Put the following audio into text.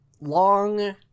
long